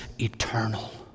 eternal